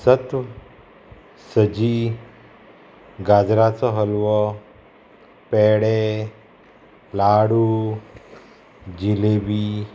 सत्व सजी गाजराचो हलवो पेडे लाडू जिलेबी